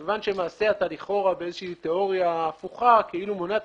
כיוון שלכאורה בתיאוריה הפוכה אתה כאילו מונע תחרות,